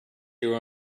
your